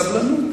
סבלנות,